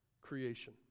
creation